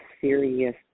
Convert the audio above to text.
serious